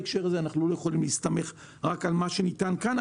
כי אנחנו לא יכולים להסתמך רק על מה שניתן כאן,